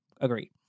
agree